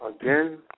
Again